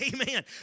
Amen